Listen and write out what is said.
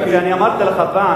אמרתי לך פעם,